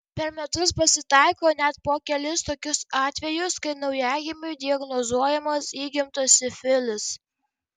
per metus pasitaiko net po kelis tokius atvejus kai naujagimiui diagnozuojamas įgimtas sifilis